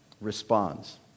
responds